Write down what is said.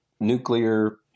nuclear